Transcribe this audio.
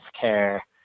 care